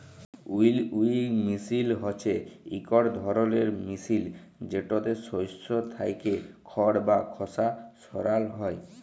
উইলউইং মিশিল হছে ইকট ধরলের মিশিল যেটতে শস্য থ্যাইকে খড় বা খসা সরাল হ্যয়